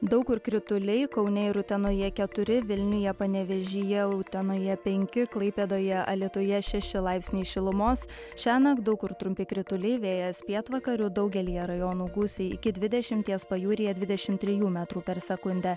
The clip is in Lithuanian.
daug kur krituliai kaune ir utenoje keturi vilniuje panevėžyje utenoje penki klaipėdoje alytuje šeši laipsniai šilumos šiąnakt daug kur trumpi krituliai vėjas pietvakarių daugelyje rajonų gūsiai iki dvidešimties pajūryje dvidešimt trijų metrų per sekundę